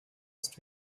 ist